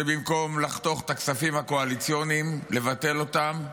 שבמקום לחתוך את הכספים הקואליציוניים, לבטל אותם,